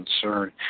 concern